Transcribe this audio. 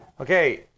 Okay